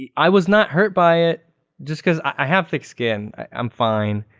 i i was not hurt by it just because i have thick skin. i'm fine.